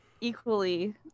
equally